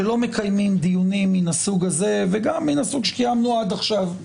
שלא מקיימים דיונים מן הסוג הזה וגם מן הסוג שקיימנו עד עכשיו,